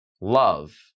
love